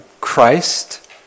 Christ